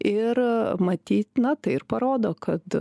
ir matyt na tai ir parodo kad